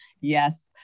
Yes